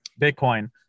Bitcoin